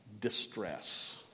distress